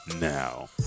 now